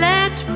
Let